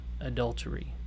adultery